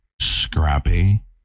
scrappy